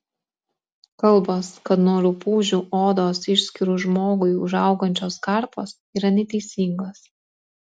kalbos kad nuo rupūžių odos išskyrų žmogui užaugančios karpos yra neteisingos